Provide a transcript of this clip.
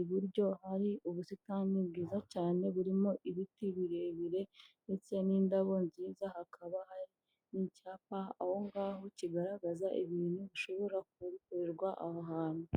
iburyo, hari ubusitani bwiza cyane burimo ibiti birebire ndetse n'indabo nziza, hakaba hari n'icyapa aho ngaho kigaragaza ibintu bishobora gukorerwa aho hantu.